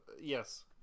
Yes